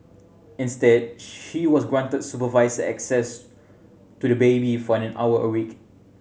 instead she was granted supervised access to the baby for an hour a week